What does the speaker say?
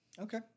Okay